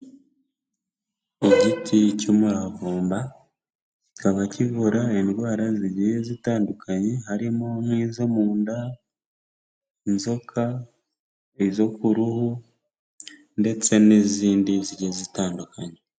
Igiti cy'umuravumba, kikaba kivura indwara zigiye zitandukanye harimo nk'izo mu nda, inzoka, izo ku ruhu ndetse n'izindi zigiye zitandukanye.